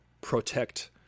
protect